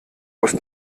aus